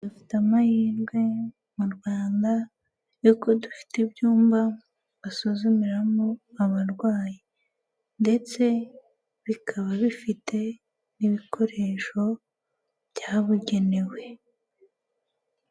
Dufite amahirwe mu Rwanda y'uko dufite ibyumba basuzumiramo abarwayi ndetse bikaba bifite n'ibikoresho byabugenewe.